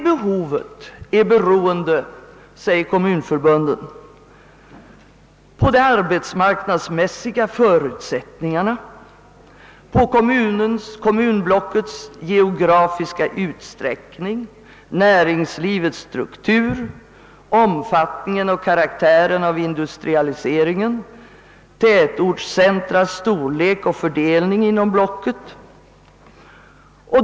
Behovet är, säger kommunförbundet, beroende på de arbetsmarknadsmässiga förutsättningarna, på kommunblockets geografiska utsträckning, näringslivets struktur, omfattningen och karaktären av industrialiseringen, tätortscentras storlek och fördelning inom blocket.